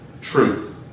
truth